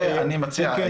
אני מציע,